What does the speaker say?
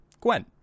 Gwen